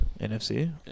NFC